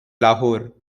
lahore